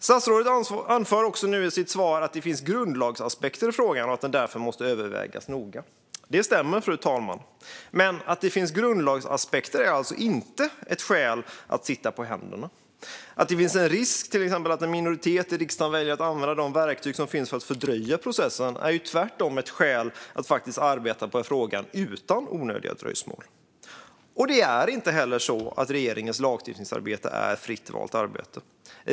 Statsrådet anför också i sitt svar att det finns grundlagsaspekter i frågan och att den därför måste övervägas noga. Det stämmer, fru talman, men att det finns grundlagsaspekter är inte ett skäl att sitta på händerna. Att det finns en risk att en minoritet i riksdagen väljer att använda de verktyg som finns för att fördröja processen är tvärtom ett skäl att arbeta på frågan utan onödiga dröjsmål. Det är inte heller så att regeringens lagstiftningsarbete är fritt valt arbete.